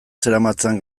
zeramatzan